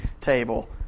table